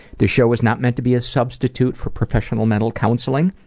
this show is not meant to be a substitute for professional, mental counseling.